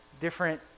different